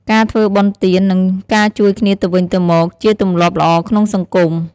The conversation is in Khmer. ការធ្វើបុណ្យទាន និងការជួយគ្នាទៅវិញទៅមកជាទម្លាប់ល្អក្នុងសង្គម។